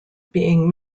being